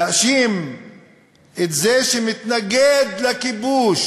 להאשים את זה שמתנגד לכיבוש,